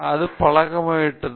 அது பழக்கமாகிவிட்டது